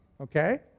Okay